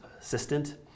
assistant